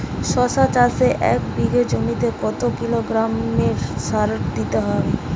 শশা চাষে এক বিঘে জমিতে কত কিলোগ্রাম গোমোর সার দিতে হয়?